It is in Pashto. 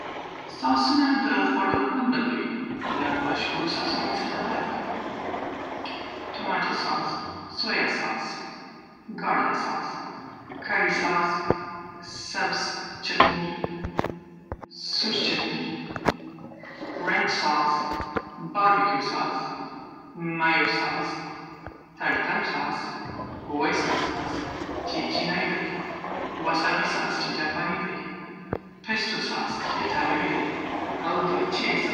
ساسونه د خواړو خوند بدلوي. له مشهورو ساسونو څخه دادي: ټماټو ساس، سویا ساس، ګارلک ساس، کری ساس، سبز چټني، سور چټني، رنچ ساس، باربیکیو ساس، میو ساس، ترتر ساس، هویسن ساس چه چینایي دی، واسابي ساس چه جاپاني دی، پستو سای .چه ایتالوی دی، او دچلي ساس